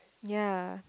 yea